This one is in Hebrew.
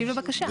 ישיב לבקשה.